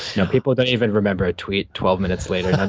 no, people don't even remember a tweet twelve minutes later.